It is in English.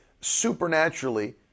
supernaturally